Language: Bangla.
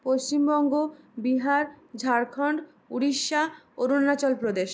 পশ্চিমবঙ্গ বিহার ঝাড়খণ্ড উড়িষ্যা অরুণাচলপ্রদেশ